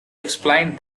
explained